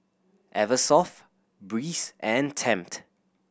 Eversoft Breeze and Tempt